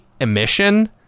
emission